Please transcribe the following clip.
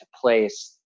place